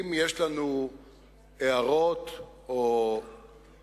אם יש לנו הערות או תיקונים,